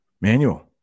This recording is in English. manual